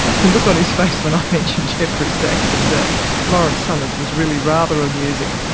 the look on his face when i mentioned jeffrey sachs and lawrence summers was really rather amusing.